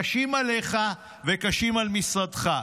קשים עליך וקשים על משרדך.